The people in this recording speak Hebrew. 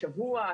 שבוע,